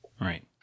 Right